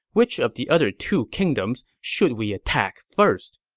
which of the other two kingdoms should we attack first?